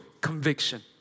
conviction